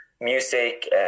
music